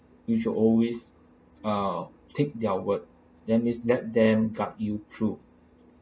you should always ah take their word then is that them guide you through